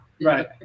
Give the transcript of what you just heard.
right